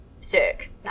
sick